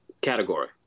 category